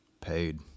paid